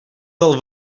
del